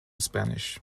spanish